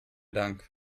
dank